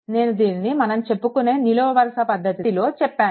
నేను దీనిని మనం చెప్పుకునే నిలువు వరుస పద్దతిలో చెప్పాను